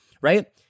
right